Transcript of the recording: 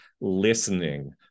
Listening